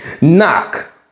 Knock